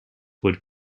would